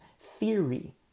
theory